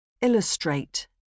Illustrate